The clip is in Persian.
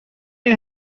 این